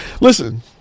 Listen